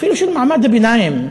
אפילו של מעמד הביניים,